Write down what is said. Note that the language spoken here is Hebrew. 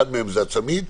אחד מהן זה הצמיד.